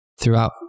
throughout